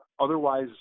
otherwise